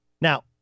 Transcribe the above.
Now